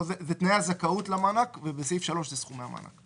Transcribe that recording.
תנאי הזכאות למענק, ובסעיף 3 מופיעים סכומי המענק.